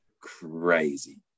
crazy